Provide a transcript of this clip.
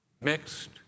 mixed